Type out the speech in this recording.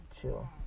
chill